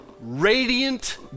radiant